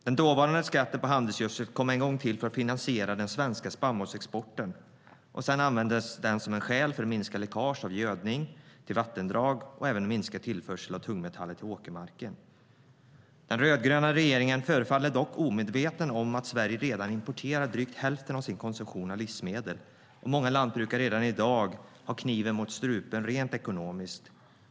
Den dåvarande skatten på handelsgödsel kom en gång till för att finansiera den svenska spannmålsexporten. Sedan användes den som ett skäl för att minska läckaget av gödning till vattendrag och även att minska tillförsel av tungmetaller till åkermarken. Den rödgröna regeringen förefaller dock omedveten om att Sverige redan importerar drygt hälften av sin konsumtion av livsmedel och att många lantbrukare redan i dag har kniven mot strupen rent ekonomiskt.